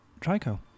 Trico